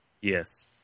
Yes